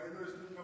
אם היינו יושבים כל